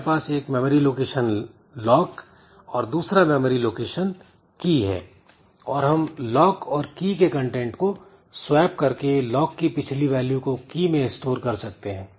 हमारे पास एक मेमोरी लोकेशन लॉक और दूसरा मेमोरी लोकेशन key है और हम लॉक और key के कंटेंट को स्वेप करके लॉक की पिछली वैल्यू को key मैं स्टोर कर सकते हैं